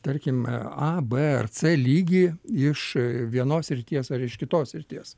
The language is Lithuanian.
tarkim a b ar c lygį iš vienos srities ar iš kitos srities